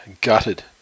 Gutted